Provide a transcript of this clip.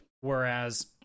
Whereas